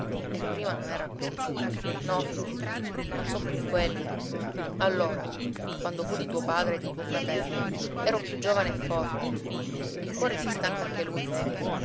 e prima non era così no figlio mio non son più quella allora quando fu di tuo padre e di tuo fratello ero più giovane e forte il cuore si stanca anche lui vedi